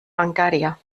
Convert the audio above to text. bancària